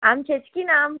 আম ছেচকি না আম